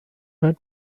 her